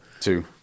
Two